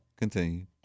Continue